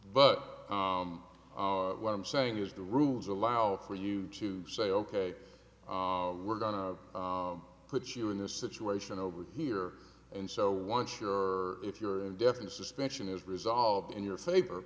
but what i'm saying is the rules allow for you to say ok we're going to put you in this situation over here and so once you're if you're indefinite suspension is resolved in your favor